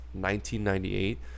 1998